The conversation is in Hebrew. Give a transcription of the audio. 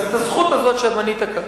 אז את הזכות הזאת שמנית כאן.